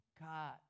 God